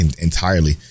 entirely